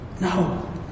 No